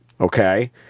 okay